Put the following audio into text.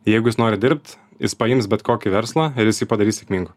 jeigu jis nori dirbt jis paims bet kokį verslą ir jis jį padarys sėkmingu